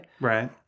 right